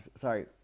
sorry